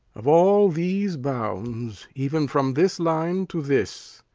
of all these bounds, even from this line to this,